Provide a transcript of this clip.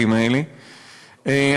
אני